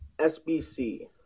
sbc